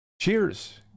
Cheers